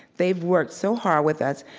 they've worked so hard with us,